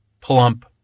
plump